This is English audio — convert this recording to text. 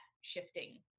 shifting